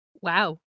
Wow